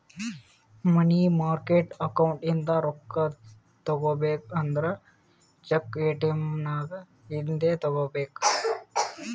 ಮನಿ market account ಇಂದ ರೊಕ್ಕಾ ತಗೋಬೇಕು ಅಂದುರ್ ಚೆಕ್, ಎ.ಟಿ.ಎಮ್ ನಾಗ್ ಇಂದೆ ತೆಕ್ಕೋಬೇಕ್